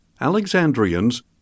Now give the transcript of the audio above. Alexandrians